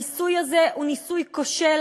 הניסוי הזה הוא ניסוי כושל,